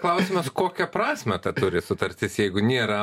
klausimas kokią prasmę ta turi sutartis jeigu nėra